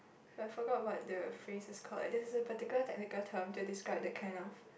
but forgot what the phrases called there is a particular technical term to describe that kind of